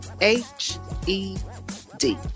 H-E-D